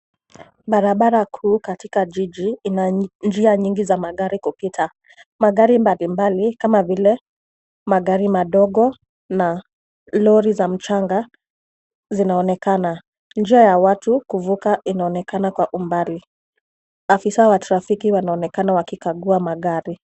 Barabara kuu katika jiji ina njia nyingi za magari kupita. Magari mbalimbali kama vile magari madogo na lori za mchanga zinaonekana. Njia ya watu kuvuka inaonekana kwa umbali. Afisa wa trafiki wanaonekana wakikagua magari